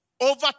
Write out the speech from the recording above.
over